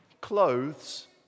clothes